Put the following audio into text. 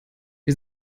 wie